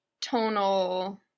tonal